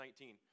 19